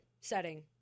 setting